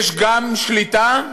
יש גם שליטה,